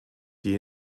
die